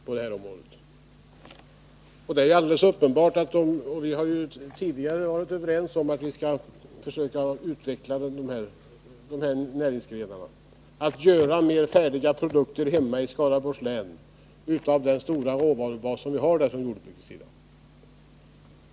Vi har tidigare varit överens om att vi skall försöka utveckla den här näringsgrenen och göra mer färdiga produkter hemma i Skaraborgs län av den stora råvarubas som vi har på jordbrukssidan.